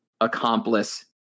accomplice